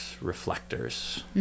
reflectors